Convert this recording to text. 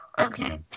okay